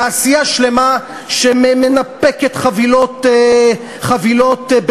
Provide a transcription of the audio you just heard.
תעשייה שלמה שמנפקת חבילות בלרנקה,